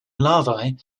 larvae